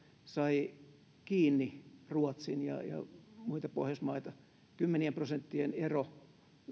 sai kiinni ruotsin ja ja muita pohjoismaita saatiin toteutettua kymmenien prosenttien ero